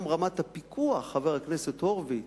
חבר הכנסת הורוביץ,